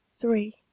three